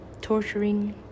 torturing